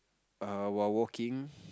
uh while walking